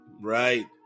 Right